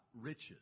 riches